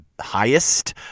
highest